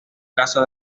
casa